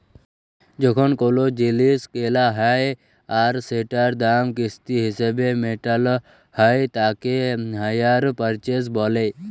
যখন কোলো জিলিস কেলা হ্যয় আর সেটার দাম কিস্তি হিসেবে মেটালো হ্য়য় তাকে হাইয়ার পারচেস বলে